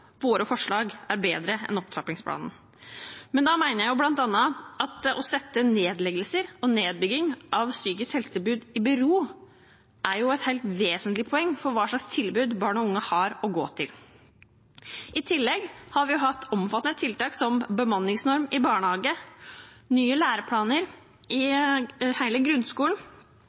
våre forslag er bedre enn opptrappingsplanen. Men da mener jeg bl.a. at å stille nedleggelser og nedbygging av psykisk helsetilbud i bero er et helt vesentlig poeng med tanke på hva slags tilbud barn og unge har å gå til. I tillegg har vi hatt omfattende tiltak som bemanningsnorm i barnehage, nye læreplaner i hele grunnskolen